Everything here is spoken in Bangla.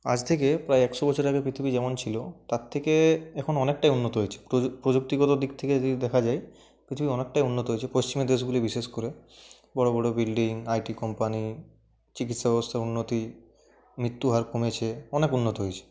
আজ থেকে প্রায় একশো বছর আগে পৃথিবী যেমন ছিল তার থেকে এখন অনেকটাই উন্নত হয়েছে প্রযুক্তিগত দিক থেকে যদি দেখা যায় পৃথিবী অনেকটাই উন্নত হয়েছে পশ্চিমের দেশগুলি বিশেষ করে বড় বড় বিল্ডিং আইটি কোম্পানি চিকিৎসা ব্যবস্থার উন্নতি মৃত্যুহার কমেছে অনেক উন্নত হয়েছে